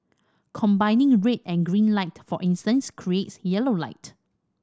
combining red and green light for instance creates yellow light